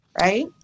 Right